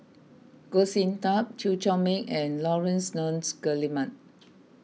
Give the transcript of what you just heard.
Goh Sin Tub Chew Chor Meng and Laurence Nunns Guillemard